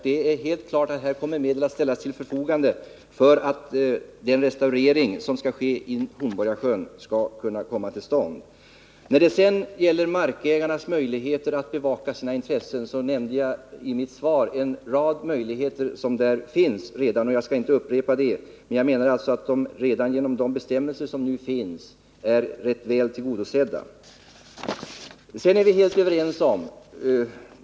Det är helt klart att medel kommer att ställas till förfogande för att en restaurering av Hornborgasjön skall komma till stånd. När det gäller markägarnas möjligheter att bevaka sina intressen redovisade jag en rad möjligheter som redan finns. Jag skall inte upprepa det. Jag menar alltså att markägarna är rätt väl tillgodosedda genom de bestämmelser som redan finns.